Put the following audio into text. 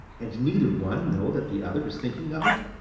and neither one know that the other is thinking of it?